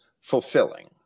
fulfilling